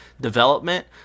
development